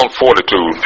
fortitude